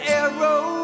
arrow